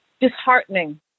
disheartening